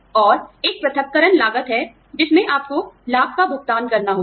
और एक पृथक्करण लागत है जिसमें आपको लाभ का भुगतान करना होगा